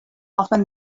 often